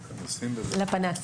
לפנס.